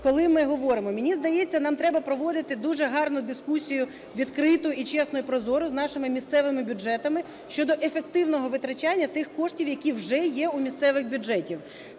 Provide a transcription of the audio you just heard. коли ми говоримо? Мені здається, нам треба проводити дуже гарну дискусію, відкриту і чесну, і прозору з нашими місцевими бюджетами щодо ефективного витрачання тих коштів, які вже є у місцевих бюджетів.